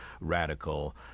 radical